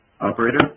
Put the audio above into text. Operator